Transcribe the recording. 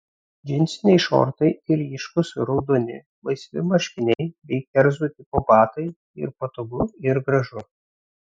džinsiniai šortai ir ryškūs raudoni laisvi marškiniai bei kerzų tipo batai ir patogu ir gražu